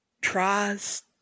tries